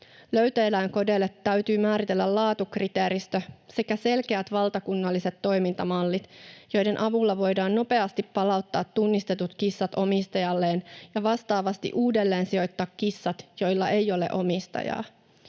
Löytöeläinkodeille täytyy määritellä laatukriteeristö sekä selkeät valtakunnalliset toimintamallit, joiden avulla voidaan nopeasti palauttaa tunnistetut kissat omistajalleen ja vastaavasti uudelleensijoittaa kissat, joilla ei ole omistajaa.